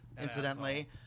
incidentally